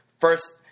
first